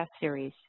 Series